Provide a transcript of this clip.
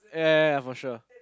yeah yeah yeah yeah for sure